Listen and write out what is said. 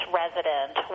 resident